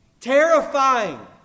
Terrifying